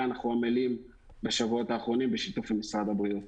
אנחנו עמלים בשבועות האחרונים בשיתוף עם משרד הבריאות.